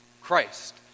Christ